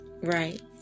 right